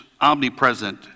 omnipresent